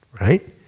right